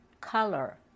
color